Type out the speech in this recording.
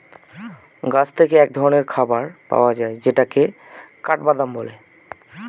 গাছ থেকে এক ধরনের খাবার পাওয়া যায় যেটাকে কাঠবাদাম বলে